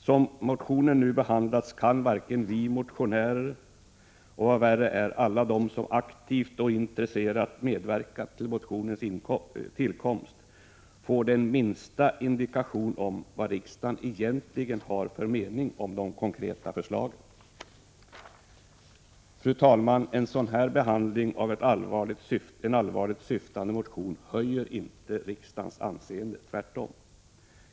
Som motionen nu behandlats kan varken vi motionärer eller — vad värre är — alla de som aktivt och intresserat medverkat till motionens tillkomst få den minsta indikation om vad riksdagen egentligen har för mening om de konkreta förslagen. Fru talman! En sådan behandling av en allvarligt syftande motion höjer inte riksdagens anseende — tvärtom.